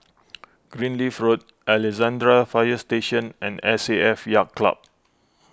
Greenleaf Road Alexandra Fire Station and S A F Yacht Club